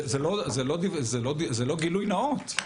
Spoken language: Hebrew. זה לא גילוי נאות.